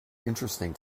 interesting